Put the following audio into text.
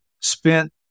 spent